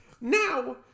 Now